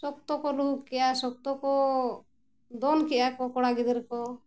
ᱥᱚᱠᱛᱚ ᱠᱚ ᱞᱩᱦᱩᱠ ᱠᱮᱜᱼᱟ ᱥᱚᱠᱛᱚ ᱠᱚ ᱫᱚᱱ ᱠᱮᱜᱼᱟ ᱠᱚ ᱠᱚᱲᱟ ᱜᱤᱫᱽᱨᱟᱹ ᱠᱚ